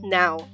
now